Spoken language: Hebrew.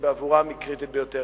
שבעבורן היא קריטית ביותר.